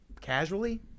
casually